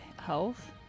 health